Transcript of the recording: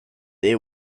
they